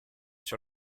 sur